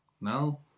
no